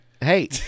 Hey